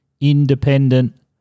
independent